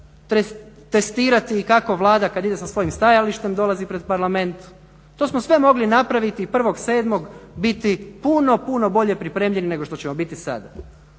testirati ih kako Vlada kada ide sa svojim stajalištem dolazi pred Parlament. To smo sve mogli napraviti i 1.7. biti puno, puno bolje pripremljeni nego što ćemo biti sada.